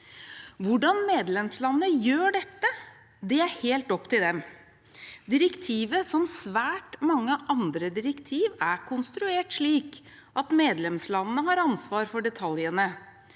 Hvordan medlemslandene gjør dette, er helt opp til dem. Direktivet, som svært mange andre direktiv, er konstruert slik at medlemslandene har ansvar for detaljene.